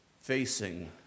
facing